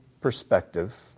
perspective